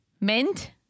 mint